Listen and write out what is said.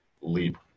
leap